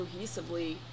cohesively